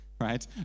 right